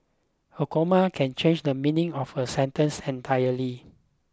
a comma can change the meaning of a sentence entirely